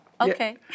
Okay